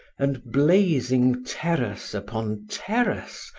and blazing terrace upon terrace,